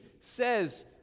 says